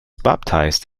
baptised